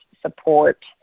support